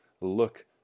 look